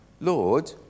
Lord